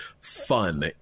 fun